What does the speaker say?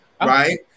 right